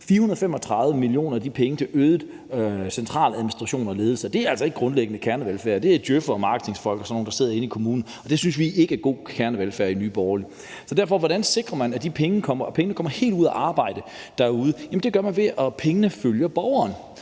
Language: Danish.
435 mio. kr. af de penge til øget centraladministration og ledelse, og det er altså ikke grundlæggende kernevelfærd; det er til djøf'ere, marketingsfolk og sådan nogle, der sidder inde på kommunen, og det synes vi i Nye Borgerlige ikke er god kernevelfærd. Så hvordan sikrer man, at pengene kommer helt ud at arbejde derude? Det gør man, ved at pengene følger borgeren.